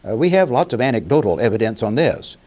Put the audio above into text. ah we have lots of anecdotal evidence on this.